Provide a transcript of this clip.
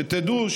שתדעו,